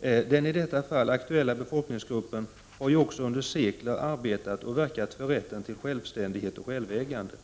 Den i detta fall aktuella befolkningsgruppen har ju också under sekler arbetat och verkat för rätten till självständighet och självägande.